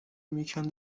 میکند